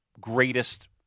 greatest